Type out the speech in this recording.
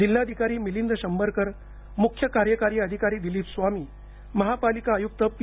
जिल्हाधिकारी मिलिंद शंभरकर मुख्य कार्यकारी अधिकारी दिलीप स्वामी महापालिका आयुक्त पी